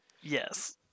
Yes